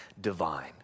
divine